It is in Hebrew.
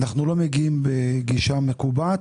אנחנו לא מגיעים בגישה מקובעת.